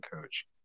coach